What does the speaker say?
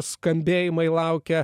skambėjimai laukia